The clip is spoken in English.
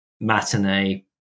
matinee